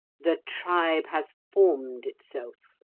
the tribe has formed itself.